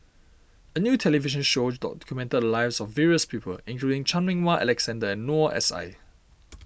a new television show documented the lives of various people including Chan Meng Wah Alexander and Noor S I